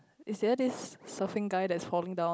is there this surfing guy that's falling down